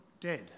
dead